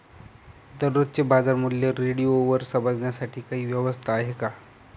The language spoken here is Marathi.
दररोजचे बाजारमूल्य रेडिओवर समजण्यासाठी काही व्यवस्था आहे का?